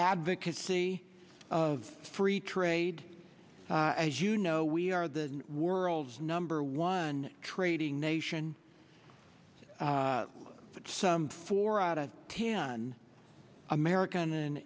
advocacy of free trade and as you know we are the world's number one trading nation but some four out of tehran american